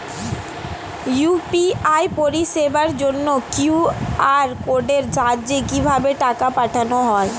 UPI পরিষেবার জন্য QR কোডের সাহায্যে কিভাবে টাকা পাঠানো হয়?